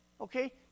Okay